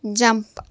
jump